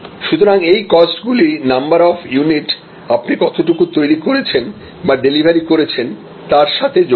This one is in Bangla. সুতরাং এই কস্ট গুলি নাম্বার অফ ইউনিট আপনি কতটুক তৈরি করেছেন বা ডেলিভারি করেছেন তার সাথে জড়িত